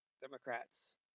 Democrats